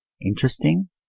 interesting